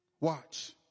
Watch